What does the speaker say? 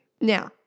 Now